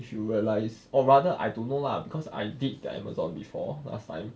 if you realise or rather I don't know lah because I did the Amazon before last time